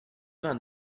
vingt